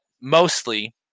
mostly